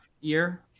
year